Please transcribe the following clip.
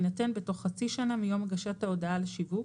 יינתן בתוך חצי שנה מיום הגשת ההודעה על שיווק,